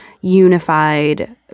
unified